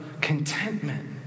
contentment